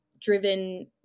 driven